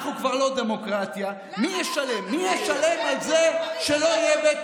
מי ישלם, יא צבוע.